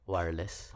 Wireless